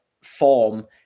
form